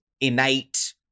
innate